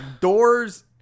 doors